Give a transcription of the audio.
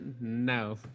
no